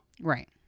right